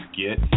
get